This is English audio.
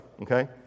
okay